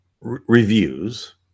reviews